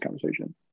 conversation